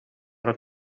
però